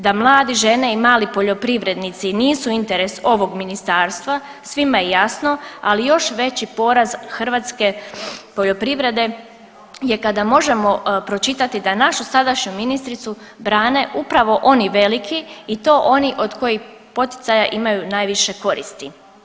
Da mladi, žene i mali poljoprivrednici nisu interes ovog ministarstva svima je jasno, ali još veći poraz hrvatske poljoprivrede je kada možemo pročitati da našu sadašnju ministricu brane upravo oni veliki i to oni od kojih poticaja imaju najviše koristi.